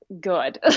good